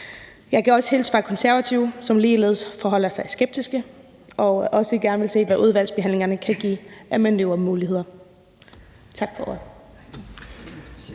Jeg kan også hilse fra Konservative, som ligeledes forholder sig skeptisk og også gerne vil se, hvad udvalgsbehandlingerne kan give af manøvremuligheder. Tak for ordet.